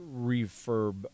refurb